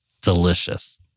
Delicious